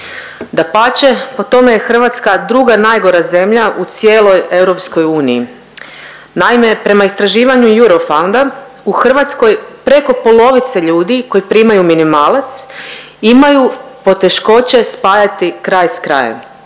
Dapače, po tome je Hrvatska druga najgora zemlja u cijeloj EU. Naime, prema istraživanju Eurofounda u Hrvatskoj preko polovice ljudi koji primaju minimalac imaju poteškoće spajati kraj s krajem